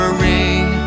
ring